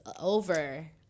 over